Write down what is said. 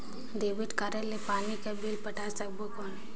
Debit card ले पानी कर बिल पटाय सकबो कौन?